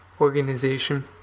organization